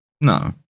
No